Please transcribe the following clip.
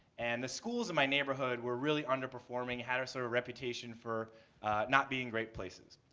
and the schools in my neighborhood were really under performing. had a sort of reputation for not being great places.